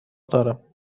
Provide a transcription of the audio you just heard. دارم